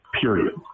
Period